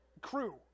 crew